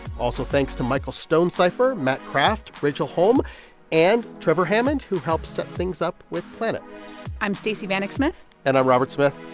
also thanks to michael stonecipher, matt kraft, rachel holm and trevor hammond, who helped set things up with planet i'm stacey vanek smith and i'm robert smith.